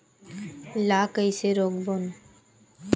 ला कइसे रोक बोन?